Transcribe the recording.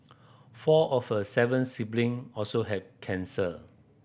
four of her seven sibling also had cancer